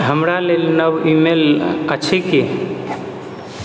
हमरा लेल नव ईमेल अछि की